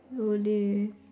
Yole